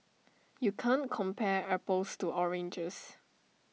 you can't compare apples to oranges